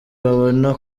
babona